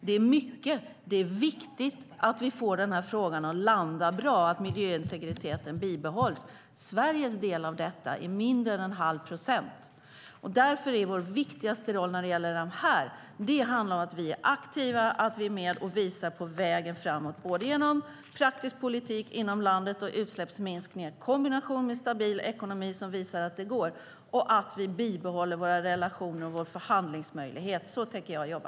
Det är mycket, och det är därför viktigt att vi får denna fråga att landa bra så att miljöintegriteten bibehålls. Sveriges del av detta är mindre än en halv procent. Därför är vår viktigaste roll dels att vara aktiva och visa vägen framåt genom praktisk politik inom landet och utsläppsminskning i kombination med stabil ekonomi som visar att det går, dels att bibehålla våra relationer och vår förhandlingsmöjlighet. Så tänker jag jobba.